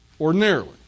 Ordinarily